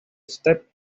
step